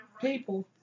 people